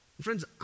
Friends